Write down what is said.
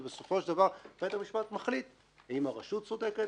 ובסופו של דבר בית המשפט מחליט אם הרשות צודקת